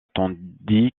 tandis